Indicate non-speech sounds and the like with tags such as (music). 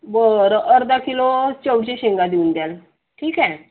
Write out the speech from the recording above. बरं अर्धा किलो (unintelligible) शेंगा देऊन द्याल ठीक आहे